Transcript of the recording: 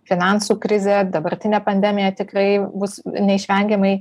finansų krizė dabartinė pandemija tikrai bus neišvengiamai